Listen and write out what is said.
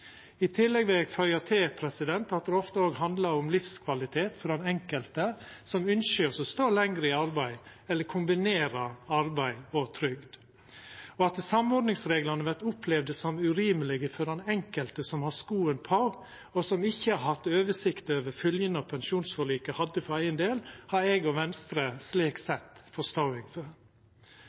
I tillegg vil eg føya til at det ofte òg handlar om livskvalitet for den enkelte som ønskjer å stå lenger i arbeid eller kombinera arbeid og trygd. At samordningsreglane vert opplevde som urimelege av den enkelte som har skoen på, og som ikkje har hatt oversikt over følgjene av pensjonsforliket for eigen del, har eg og Venstre forståing for. Slik sett